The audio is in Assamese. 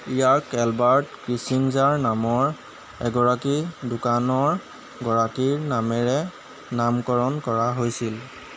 ইয়াক এলবাৰ্ট ক্ৰিছিংজাৰ নামৰ এগৰাকী দোকানৰ গৰাকীৰ নামেৰে নামকৰণ কৰা হৈছিল